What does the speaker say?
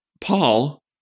Paul